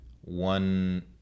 One